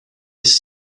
this